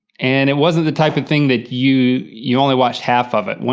and it wasn't the type of thing that you you only watched half of it.